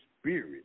Spirit